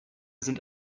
sind